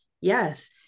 yes